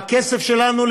הכסף שלנו,